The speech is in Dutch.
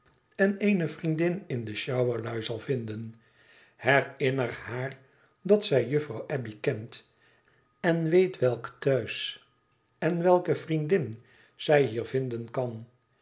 en eene vriendin in de sjouwerlui zal vinden herinner haar dat zij juffrouw abbey kent en weet welk thuis en welke vriendin zij hier vinden kan